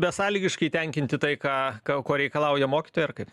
besąlygiškai tenkinti tai ką ko reikalauja mokytojai ar kaip